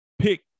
pick